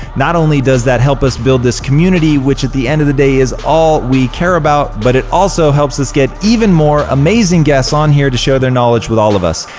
not only does that help us build this community, which at the end of the day is all we care about, but it also helps us get even more amazing guests on here to share their knowledge with all of us.